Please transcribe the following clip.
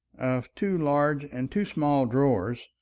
of two large and two small drawers,